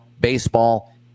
baseball